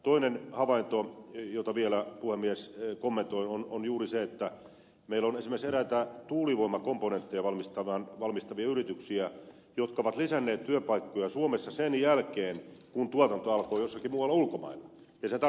toinen havainto jota vielä puhemies kommentoin on se että meillä on esimerkiksi eräitä tuulivoimakomponentteja valmistavia yrityksiä jotka ovat lisänneet työpaikkoja suomessa sen jälkeen kun tuotanto alkoi jossakin muualla ulkomailla